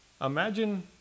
imagine